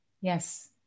Yes